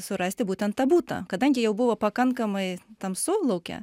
surasti būtent tą butą kadangi jau buvo pakankamai tamsu lauke